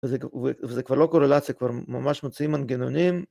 וזה כבר לא קורלציה, כבר ממש מוצאים מנגנונים.